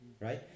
right